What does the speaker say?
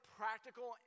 practical